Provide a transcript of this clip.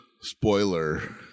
Spoiler